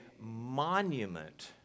monument